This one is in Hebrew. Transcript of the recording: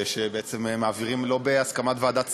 שבעצם מעבירים שלא בהסכמת ועדת שרים.